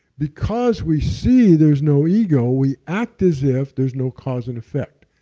because we see there's no ego, we act as if there's no cause and effect.